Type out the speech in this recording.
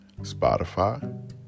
Spotify